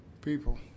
people